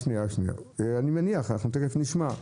אני מניח, תיכף אנחנו נשמע.